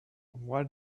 why